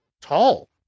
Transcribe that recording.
tall